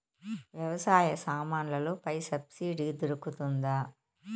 వ్యవసాయ సామాన్లలో పై సబ్సిడి దొరుకుతుందా?